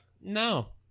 no